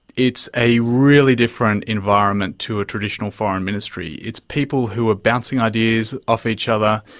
it's a really different environment to a traditional foreign ministry. it's people who are bouncing ideas off each other,